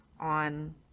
on